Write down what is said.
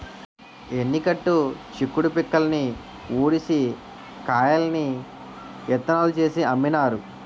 ఎన్ని కట్టు చిక్కుడు పిక్కల్ని ఉడిసి కాయల్ని ఇత్తనాలు చేసి అమ్మినారు